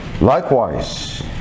Likewise